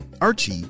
Archie